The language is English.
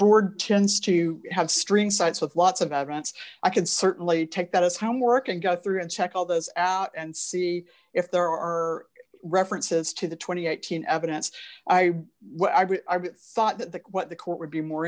board tends to have string sites with lots of evidence i can certainly take that as homework and go through and check all those out and see if there are references to the twenty eight thousand evidence i thought that the what the court would be more